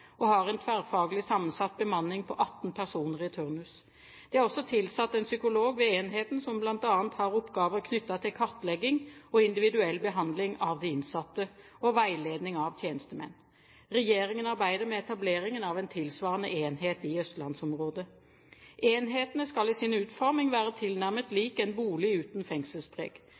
og har en tverrfaglig sammensatt bemanning på 18 personer i turnus. Det er også tilsatt en psykolog ved enheten som bl.a. har oppgaver knyttet til kartlegging og individuell behandling av de innsatte, og veiledning av tjenestemenn. Regjeringen arbeider med etableringen av en tilsvarende enhet i østlandsområdet. Enhetene skal i sin utforming være tilnærmet lik en bolig uten fengselspreg.